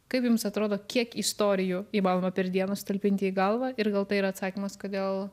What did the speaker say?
kaip jums atrodo kiek istorijų įmanoma per dieną sutalpinti į galvą ir gal tai yra atsakymas kodėl